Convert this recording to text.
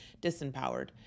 disempowered